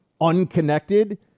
unconnected